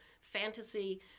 fantasy